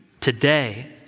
today